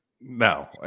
No